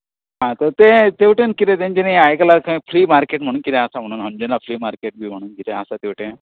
आ तर तें तेवटेन कितें ताणी आयकलां खंय फ्ली मार्केट कितें आसा म्हणून अंजुना फ्ली मार्केट बी म्हणून कितें आसा ते वटेन